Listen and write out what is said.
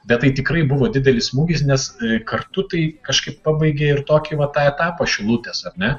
bet tai tikrai buvo didelis smūgis nes kartu tai kažkaip pabaigei ir tokį va tą etapą šilutės ar ne